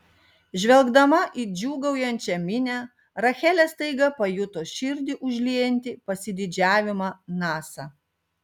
žvelgdama į džiūgaujančią minią rachelė staiga pajuto širdį užliejantį pasididžiavimą nasa